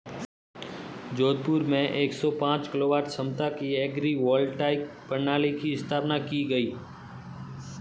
जोधपुर में एक सौ पांच किलोवाट क्षमता की एग्री वोल्टाइक प्रणाली की स्थापना की गयी